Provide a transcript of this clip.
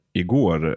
igår